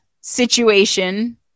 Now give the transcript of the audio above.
situation